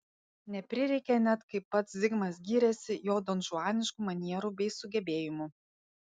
neprireikė net kaip pats zigmas gyrėsi jo donžuaniškų manierų bei sugebėjimų